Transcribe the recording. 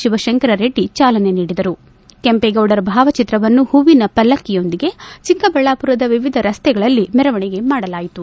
ಶಿವಶಂಕರ ರೆಡ್ಡಿ ಚಾಲನೆ ನೀಡಿದರುಕೆಂಪೇಗೌಡರ ಭಾವಚಿತ್ರವನ್ನು ಹೂವಿನ ಪಲ್ಲಕ್ಷಿಯೊಂದಿಗೆ ಚಿಕ್ಕಬಳ್ಳಾಪುರದ ವಿವಿಧ ರಸ್ತೆಗಳಲ್ಲಿ ಮೆರವಣಿಗೆ ಮಾಡಲಾಯಿತು